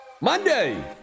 Monday